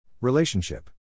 Relationship